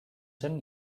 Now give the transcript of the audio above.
zen